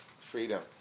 freedom